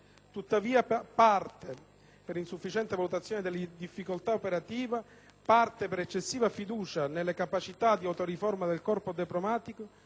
Tuttavia, parte per insufficiente valutazione delle difficoltà operative, parte per eccessiva fiducia nelle capacità di autoriforma del corpo accademico,